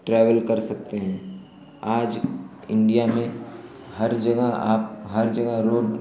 travel कर सकते हैं आज इण्डिया में हर जगह आप हर जगह रोड